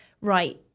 right